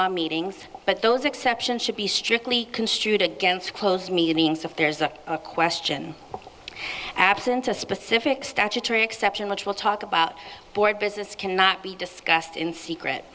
law meetings but those exceptions should be strictly construed against closed meanings of there's a question absent a specific statutory exception which we'll talk about board business cannot be discussed in secret